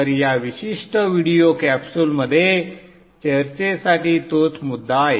तर या विशिष्ट व्हिडिओ कॅप्सूलमध्ये चर्चेसाठी तोच मुद्दा आहे